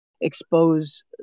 expose